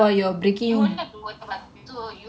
so next week is the first week வச்சுக்கோயே:vachukkoyae